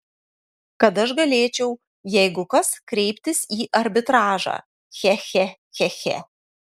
kad aš galėčiau jeigu kas kreiptis į arbitražą che che che che